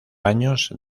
años